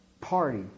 party